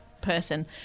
person